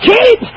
Keep